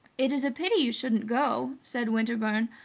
it is a pity you shouldn't go, said winterbourne,